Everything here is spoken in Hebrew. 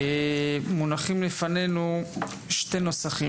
מונחים לפנינו שני נוסחים,